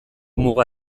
muga